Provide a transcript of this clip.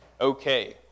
okay